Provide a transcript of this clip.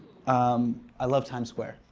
um i love times square.